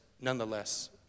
nonetheless